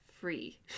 free